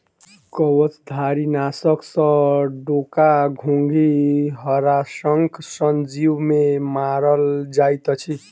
कवचधारीनाशक सॅ डोका, घोंघी, हराशंख सन जीव के मारल जाइत अछि